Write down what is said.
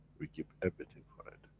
we give everything for it.